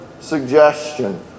suggestion